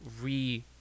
re